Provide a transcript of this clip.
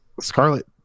scarlet